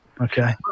Okay